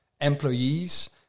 employees